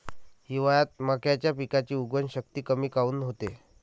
हिवाळ्यात मक्याच्या पिकाची उगवन शक्ती कमी काऊन होते?